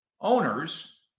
owners